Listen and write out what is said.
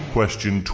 Question